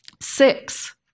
Six